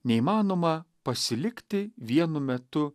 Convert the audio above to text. neįmanoma pasilikti vienu metu